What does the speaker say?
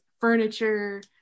furniture